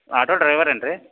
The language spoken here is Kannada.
ಆಟೋ ಡ್ರೈವರ್ ಏನು ರೀ